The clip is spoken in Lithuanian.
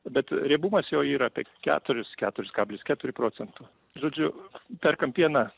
bet riebumas jo yra apie keturis keturis kablis keturi procento žodžiu perkam pieną